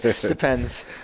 depends